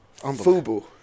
Fubu